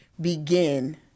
begin